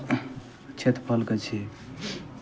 क्षेत्रफलके छै